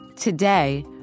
Today